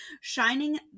shining